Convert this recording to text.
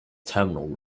terminal